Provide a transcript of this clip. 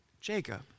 Jacob